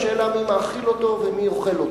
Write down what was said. השאלה מי מאכיל אותה ומי אוכל אותה.